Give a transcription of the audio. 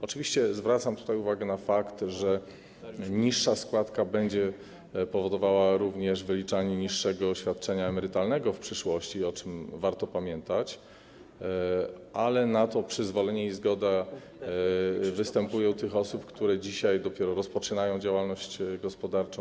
Oczywiście zwracam tutaj uwagę na fakt, że niższa składka będzie powodowała również wyliczanie niższego świadczenia emerytalnego w przyszłości, o czym warto pamiętać, ale na to przyzwolenie i zgoda występują u tych osób, które dzisiaj dopiero rozpoczynają działalność gospodarczą.